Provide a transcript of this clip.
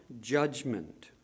judgment